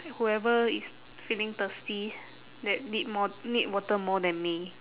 whoever is feeling thirsty that need more need water more than me